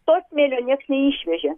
to smėlio nieks neišvežė